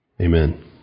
Amen